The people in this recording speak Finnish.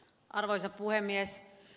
arvoisa puhemies